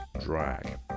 drag